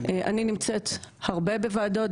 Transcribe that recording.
אני נמצאת הרבה בוועדות.